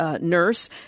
nurse